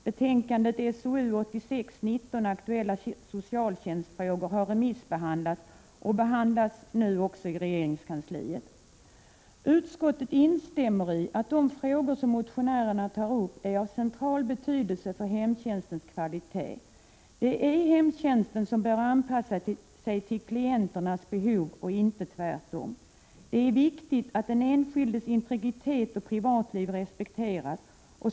Betänkandet SOU 1986:19 Aktuella socialtjänstfrågor har remissbehandlats och är nu föremål för behandling i regeringskansliet. Utskottet instämmer i att de frågor motionärerna tar upp är av central betydelse för hemtjänstens kvalitet. Hemtjänsten bör anpassa sig till klienternas behov, inte tvärtom. Det är viktigt att den enskildes integritet och privatliv respekteras.